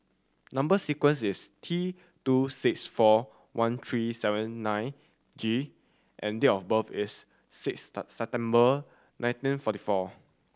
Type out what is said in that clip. number sequence is T two six four one three seven nine G and date of birth is six September nineteen forty four